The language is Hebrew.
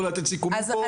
לא לתת סיכומים פה,